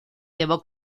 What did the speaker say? llevó